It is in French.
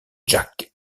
jack